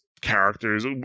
characters